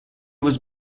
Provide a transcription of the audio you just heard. was